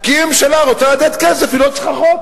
כי אם הממשלה רוצה לתת כסף היא לא צריכה חוק.